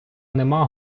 нема